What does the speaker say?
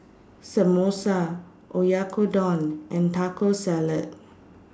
Samosa Oyakodon and Taco Salad